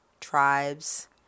tribes